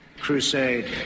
crusade